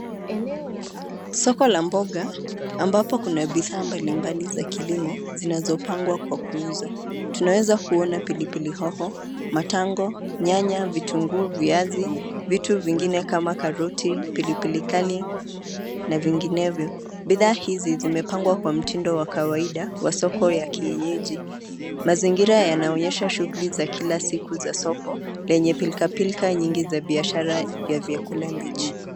Soko la mboga, ambapo kuna bidhaa mbali mbali za kilimo, zinazopangwa kwa kuuzwa, tunaweza kuona pilipili hoho, matango, nyanya, vitunguu, viazi, vitu vingine kama karoti, pilipili kali, na vinginevyo, bidhaa hizi zimepangwa kwa mtindo wa kawaida wa soko ya kienyeji, mazingira yanaonyesha shughuli za kila siku za soko, yenye pilka pilka nyingi za biashara ya vyakula mbichi.